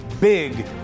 big